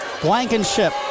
Blankenship